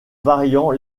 variant